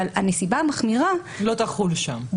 אבל הנסיבה המחמירה לא תחול שם.